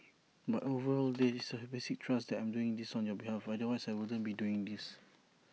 but overall there is that basic trust that I'm doing this on your behalf otherwise I wouldn't be doing this